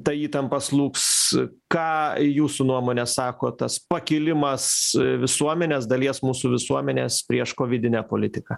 ta įtampa slūgs ką jūsų nuomone sako tas pakilimas visuomenės dalies mūsų visuomenės prieš kovidinę politiką